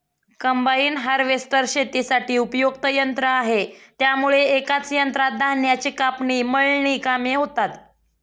combine harvester शेतीसाठी उपयुक्त यंत्र आहे त्यामुळे एकाच यंत्रात धान्याची कापणी, मळणी कामे होतात